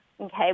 Okay